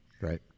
Right